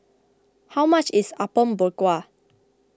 how much is Apom Berkuah